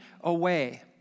away